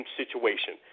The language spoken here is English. situation